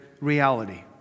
reality